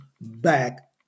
back